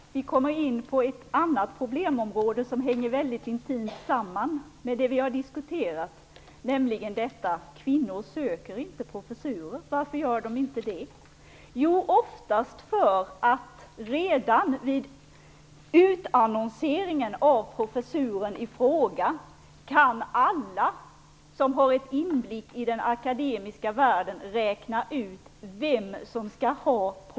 Fru talman! Vi har kommit in på ett annat problemområde som hänger intimt samman med det som vi tidigare har diskuterat, nämligen att kvinnor inte söker professurer. Varför gör de inte det? Jo, därför att det oftast redan vid utannonseringen av professuren i fråga är möjligt för alla med inblick i den akademiska världen att räkna ut vem som skall ha den.